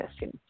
yes